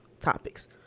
topics